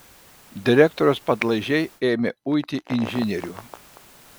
direktoriaus padlaižiai ėmė uiti inžinierių